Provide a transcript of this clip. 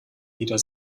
wieder